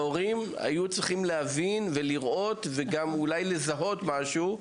ההורים צריכים להבין, לראות ואולי גם לזהות משהו.